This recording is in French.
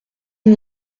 n’y